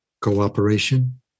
cooperation